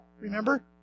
Remember